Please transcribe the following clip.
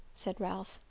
said ralph.